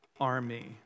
army